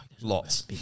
Lots